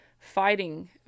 Fighting